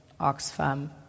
Oxfam